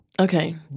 Okay